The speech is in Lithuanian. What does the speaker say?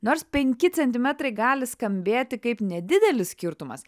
nors penki centimetrai gali skambėti kaip nedidelis skirtumas